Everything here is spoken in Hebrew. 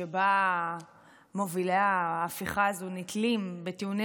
שבה מובילי ההפיכה הזו נתלים בטיעוני